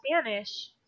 Spanish